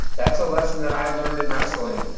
that's a lesson that i learned in wrestling,